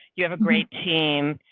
you have a great team.